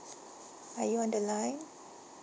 are you on the line